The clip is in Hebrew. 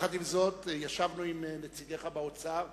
עם זאת, ישבנו עם נציגיך באוצר,